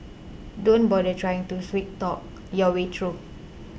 don't bother trying to sweet talk your way through